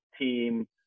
team